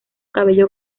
cabello